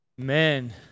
Amen